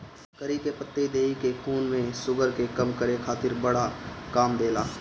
करी के पतइ देहि के खून में शुगर के कम करे खातिर बड़ा काम देला